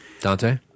Dante